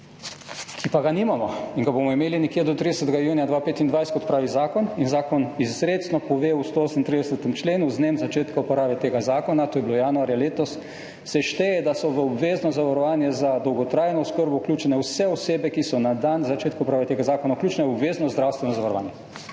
ki pa ga nimamo in ga bomo imeli nekje do 30. junija 2025, kot pravi zakon. In Zakon izrecno pove v 138. členu: »Z dnem začetka uporabe tega zakona,« to je bilo januarja letos, »se šteje, da so v obvezno zavarovanje za dolgotrajno oskrbo vključene vse osebe, ki so na dan začetka uporabe tega zakona vključene v obvezno zdravstveno zavarovanje.«